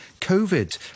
COVID